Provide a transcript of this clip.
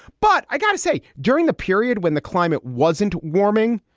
but i got to say, during the period when the climate wasn't warming,